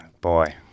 Boy